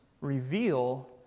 reveal